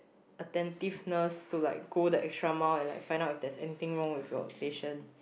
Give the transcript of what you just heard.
attentiveness to like go the extra mile and like find out if there is anything wrong with your patient